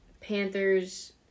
Panthers